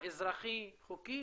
האזרחי חוקי